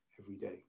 everyday